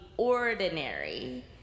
ordinary